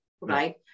Right